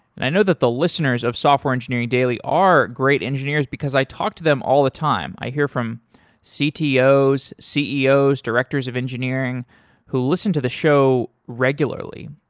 and i know that the listeners of software engineering daily are great engineers, because i talk to them all the time. i hear from ctos, ceos, directors of engineering who listen to the show regularly.